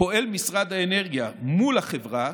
פועל משרד האנרגיה מול החברה,